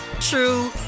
true